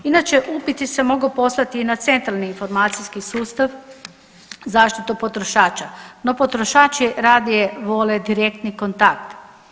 Inače upiti se mogu poslati i na Centralni informacijski sustav zaštitu potrošača, no potrošači radije vole direktni kontakt.